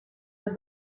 with